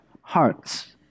hearts